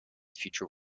future